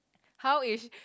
how is